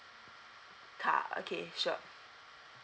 car okay sure